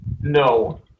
No